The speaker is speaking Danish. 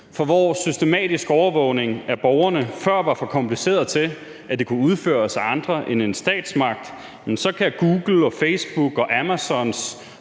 For hvor systematisk overvågning af borgerne før var for kompliceret til, at det kunne udføres af andre end en statsmagt, kan Googles, Facebooks og Amazons